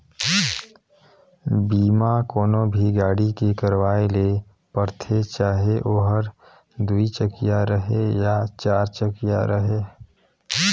बीमा कोनो भी गाड़ी के करवाये ले परथे चाहे ओहर दुई चकिया रहें या चार चकिया रहें